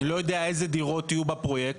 אני לא יודע איזה דירות יהיו בפרויקט,